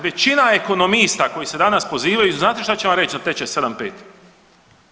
Većina ekonomista koji se danas pozivaju, znate šta će vam reći za tečaj 7,5?